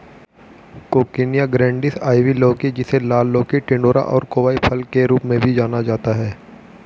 coccinia grandis, ivy लौकी, जिसे लाल लौकी, टिंडोरा और कोवाई फल के रूप में भी जाना जाता है